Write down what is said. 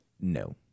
No